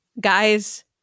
guys